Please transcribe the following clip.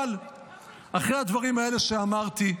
אבל אחרי הדברים האלה שאמרתי,